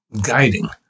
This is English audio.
guiding